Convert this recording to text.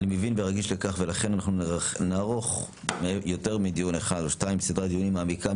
אני מבין ורגיש לך ולכן אנחנו נערוך סדרת דיונים מעמיקה,